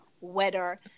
weather